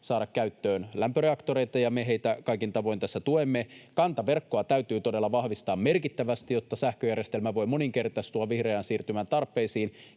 saada käyttöön lämpöreaktoreita, ja me heitä kaikin tavoin tässä tuemme. Kantaverkkoa täytyy todella vahvistaa merkittävästi, jotta sähköjärjestelmä voi moninkertaistua vihreän siirtymän tarpeisiin.